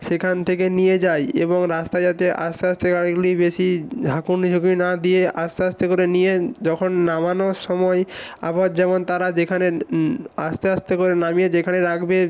সেখান থেকে নিয়ে যায় এবং রাস্তায় যাতে আস্তে আস্তে গাড়িগুলি বেশি ঝাঁকুনি ঝুঁকি না দিয়ে আস্তে আস্তে করে নিয়ে যখন নামানোর সময় আবার যেমন তারা যেখানে আস্তে আস্তে করে নামিয়ে যেখানে রাখবে